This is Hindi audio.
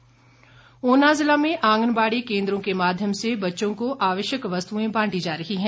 आंगनबाड़ी ऊना जिला में आंगनबाडी केंद्रों के माध्यम से बच्चों को आवश्यक वस्तुएं बांटी जा रही है